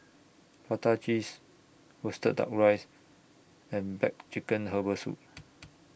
Prata Cheese Roasted Duck Rice and Black Chicken Herbal Soup